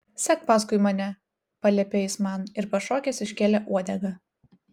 sek paskui mane paliepė jis man ir pašokęs iškėlė uodegą